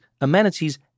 amenities